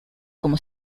como